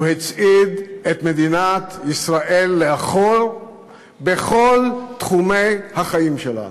הוא הצעיד את מדינת ישראל לאחור בכל תחומי החיים שלנו,